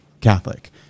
Catholic